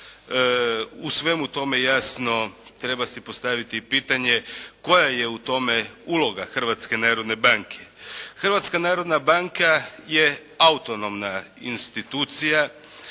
U svemu tome jasno treba se postaviti pitanje, koja je u tome uloga Hrvatske narodne banke? Hrvatska narodna banka je autonomna institucija.